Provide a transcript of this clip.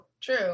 true